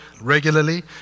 regularly